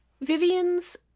Vivian's